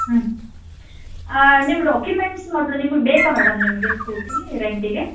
ಹ್ಞೂ ನಿಮ್ಮ ಡಾಕ್ಯುಮೆಂಟ್ಸ್ ಮೊದ್ಲು ನಿಮ್ಗೆ ಬೇಕಾ ಮೇಡಮ್ ನಿಮಗೆ ಸ್ಕೂಟಿ ರೆಂಟಿಗೆ